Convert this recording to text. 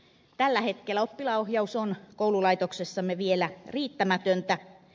tällä hetkellä oppilaanohjaus on koululaitoksessamme vielä riittämätöntä